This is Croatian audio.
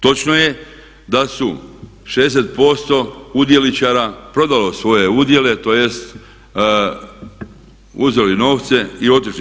Točno je da su 60% udjeličara prodalo svoje udjele, tj. uzeli novce i otišli.